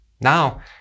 Now